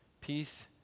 Peace